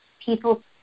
people –